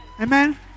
Amen